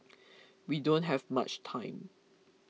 we don't have much time